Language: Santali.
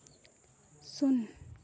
ᱥᱩᱱ